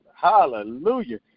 Hallelujah